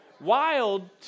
wild